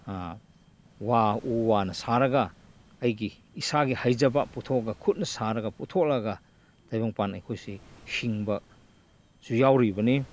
ꯋꯥ ꯎ ꯋꯥꯅ ꯁꯥꯔꯒ ꯑꯩꯒꯤ ꯏꯁꯥꯒꯤ ꯍꯩꯖꯕ ꯄꯨꯊꯣꯛꯂꯒ ꯈꯨꯠꯅ ꯁꯥꯔꯒ ꯄꯨꯊꯣꯛꯂꯒ ꯇꯥꯏꯕꯪꯄꯥꯟ ꯑꯩꯈꯣꯏꯁꯤ ꯍꯤꯡꯕꯁꯨ ꯌꯥꯎꯔꯤꯕꯅꯤ